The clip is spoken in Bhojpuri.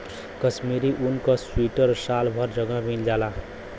कशमीरी ऊन क सीवटर साल हर जगह मिल जाला